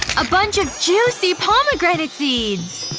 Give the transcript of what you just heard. a bunch of juicy pomegranate seeds!